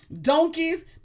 donkeys